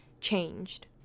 changed